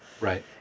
Right